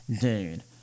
dude